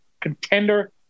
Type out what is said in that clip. contender